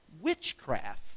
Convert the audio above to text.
witchcraft